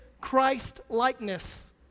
Christ-likeness